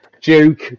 Duke